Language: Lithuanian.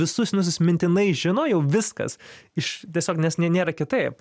visus sinusus mintinai žino jau viskas iš tiesiog nes ne nėra kitaip